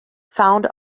found